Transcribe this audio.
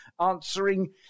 answering